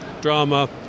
drama